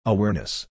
Awareness